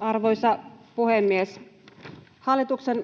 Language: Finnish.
Arvoisa puhemies! Hallituksella